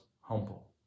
humble